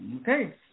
Okay